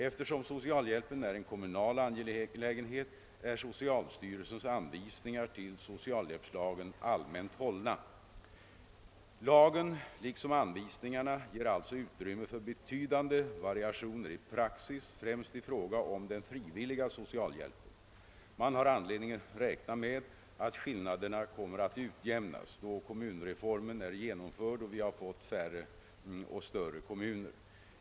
Eftersom socialhjälpen är en kommunal angelägenhet är socialstyrelsens anvisningar till socialhjälpslagen allmänt hållna. Lagen liksom anvisningarna ger alltså utrymme för betydande variationer i praxis främst i fråga om den frivilliga socialhjälpen. Man har anledning räkna med att skillnaderna kommer att utjämnas då kommunreformen är genomförd och vi har fått färre och större kommuner.